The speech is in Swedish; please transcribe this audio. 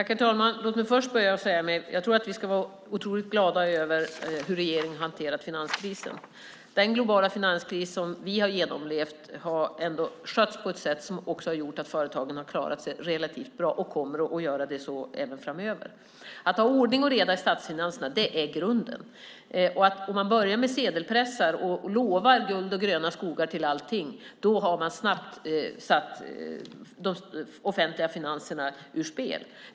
Herr talman! Jag tror att vi ska vara otroligt glada över hur regeringen har hanterat finanskrisen. Den globala finanskris som vi har genomlevt har ändå skötts på ett sätt som också har gjort att företagen har klarat sig relativt bra och kommer att göra det även framöver. Att ha ordning och reda i statsfinanserna är grunden. Om man börjar använda sedelpressar och lovar guld och gröna skogar till allting, då har man snabbt satt de offentliga finanserna ur spel.